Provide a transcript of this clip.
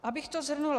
Abych to shrnula.